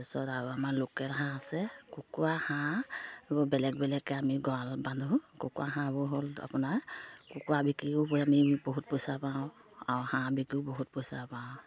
তাৰপিছত আৰু আমাৰ লোকেল হাঁহ আছে কুকুৰা হাঁহ বেলেগ বেলেগে আমি গঁৰালত বান্ধো কুকুৰা হাঁহবোৰ হ'ল আপোনাৰ কুকুৰা বিক্ৰীও আমি বহুত পইচা পাওঁ আৰু হাঁহ বিকিও বহুত পইচা পাওঁ